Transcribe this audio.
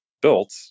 built